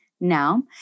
now